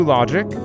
Logic